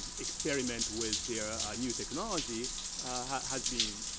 experiment with their new technology has been